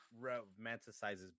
romanticizes